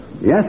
Yes